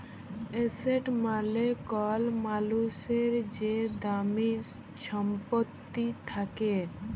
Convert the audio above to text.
asset মালে কল মালুসের যে দামি ছম্পত্তি থ্যাকে